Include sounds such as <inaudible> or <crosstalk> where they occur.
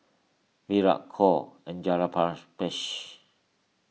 Virat Choor and <unintelligible>